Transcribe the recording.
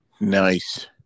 Nice